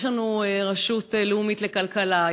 יש לנו רשות לאומית לכלכלה,